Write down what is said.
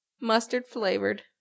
mustard-flavored